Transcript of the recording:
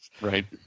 right